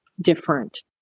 different